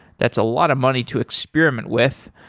that's a lot of money to experiment with.